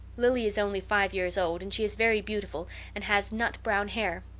lily is only five years old and she is very beautiful and had nut-brown hair.